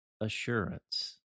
assurance